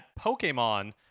Pokemon